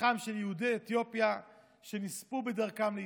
לזכרם של יהודי אתיופיה שנספו בדרכם לישראל,